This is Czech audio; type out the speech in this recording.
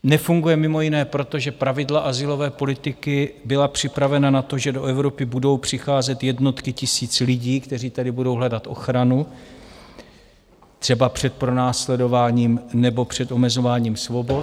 Nefunguje mimo jiné proto, že pravidla azylové politiky byla připravena na to, že do Evropy budou přicházet jednotky tisíc lidí, kteří tady budou hledat ochranu třeba před pronásledováním nebo před omezováním svobod.